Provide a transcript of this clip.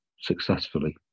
successfully